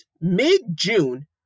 mid-June